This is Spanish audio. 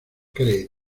cree